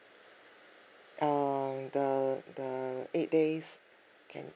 err the the eight days can